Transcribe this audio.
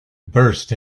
burst